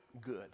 good